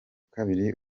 kabiri